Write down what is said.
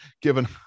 given